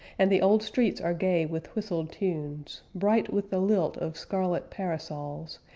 and the old streets are gay with whistled tunes, bright with the lilt of scarlet parasols,